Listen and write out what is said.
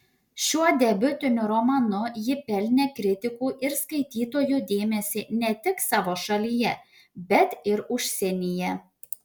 šiuo debiutiniu romanu ji pelnė kritikų ir skaitytojų dėmesį ne tik savo šalyje bet ir užsienyje